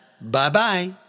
Bye-bye